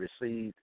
received